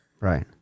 Right